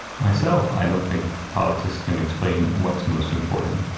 myself, i don't think politics can explain what's most important.